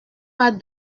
pas